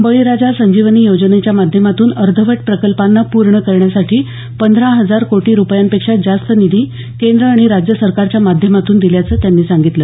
बळीराजा संजीवनी योजनेच्या माध्यमातून अर्धवट प्रकल्पांना पूर्ण करण्यासाठी पंधरा हजार कोटी रुपयांपेक्षा जास्त निधी केद्र आणि राज्य सरकारच्या माध्यमातून दिल्याचं त्यांनी सांगितलं